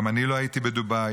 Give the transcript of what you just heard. גם אני לא הייתי בדובאי.